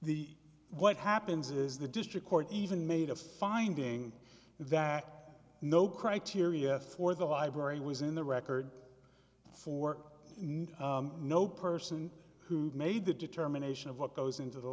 the what happens is the district court even made a finding that no criteria for the library was in the record for no person who made the determination of what goes into the